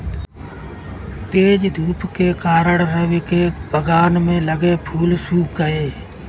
तेज धूप के कारण, रवि के बगान में लगे फूल सुख गए